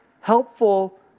helpful